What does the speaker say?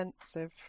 expensive